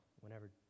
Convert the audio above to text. Whenever